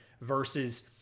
versus